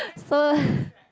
so